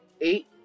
Eight